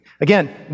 Again